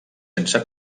sense